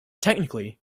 technically